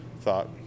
thought